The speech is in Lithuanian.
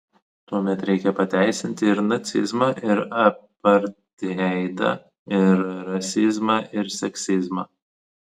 tuomet reikia pateisinti ir nacizmą ir apartheidą ir rasizmą ir seksizmą